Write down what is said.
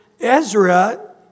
Ezra